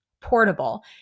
portable